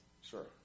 Sure